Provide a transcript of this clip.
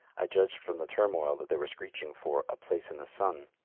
i judged from the turmoil that they were screeching for a place in the sun.